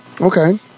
Okay